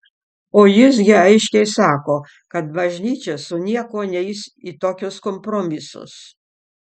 o jis gi aiškiai sako kad bažnyčia su niekuo neis į tokius kompromisus